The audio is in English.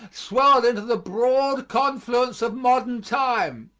swelled into the broad confluence of modern time.